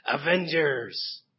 Avengers